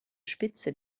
spitze